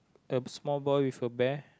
the small boy with a bear